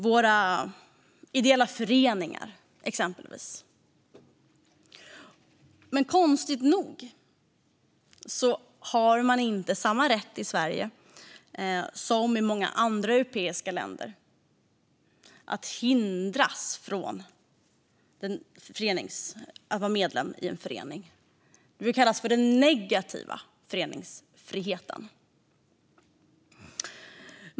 Det gäller exempelvis våra ideella föreningar. Konstigt nog har man inte samma rätt i Sverige som i många andra europeiska länder att inte behöva vara medlem i en förening. Det brukar kallas för den negativa föreningsfriheten.